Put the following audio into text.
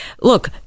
look